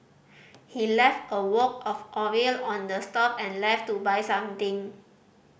he left a wok of oil on the stove and left to buy something